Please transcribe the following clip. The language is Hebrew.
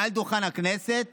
מעל דוכן הכנסת